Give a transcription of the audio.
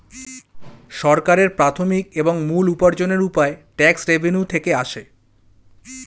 সরকারের প্রাথমিক এবং মূল উপার্জনের উপায় ট্যাক্স রেভেন্যু থেকে আসে